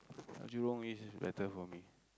Jurong-East is better for me